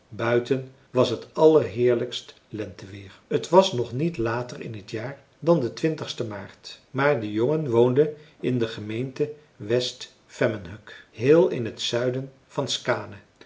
buiten was het allerheerlijkst lenteweer t was nog niet later in t jaar dan de ste maart maar de jongen woonde in de gemeente west vemmenhög heel in t zuiden van skaane